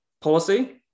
policy